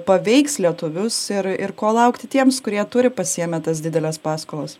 paveiks lietuvius ir ir ko laukti tiems kurie turi pasiėmę tas dideles paskolas